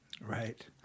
Right